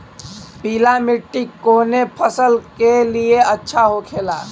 पीला मिट्टी कोने फसल के लिए अच्छा होखे ला?